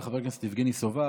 תודה רבה לחבר הכנסת יבגני סובה.